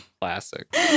Classic